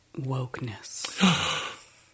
wokeness